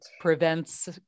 prevents